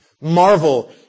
Marvel